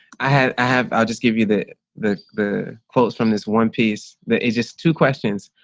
i have have, i'll just give you the the the quotes from this one piece that is just two questions.